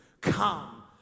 come